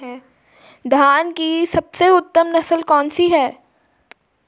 धान की सबसे उत्तम नस्ल कौन सी है?